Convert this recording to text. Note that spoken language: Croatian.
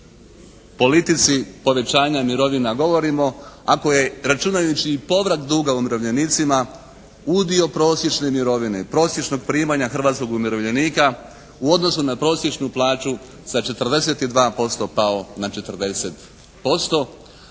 politici povećanja mirovina govorimo ako je računajući i povrat duga umirovljenicima udio prosječne mirovine, prosječnog primanja hrvatskog umirovljenika u odnosu na prosječnu plaću sa 42% pao na 40%,